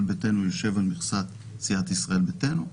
ביתנו יושב על מכסת סיעת ישראל ביתנו.